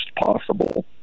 possible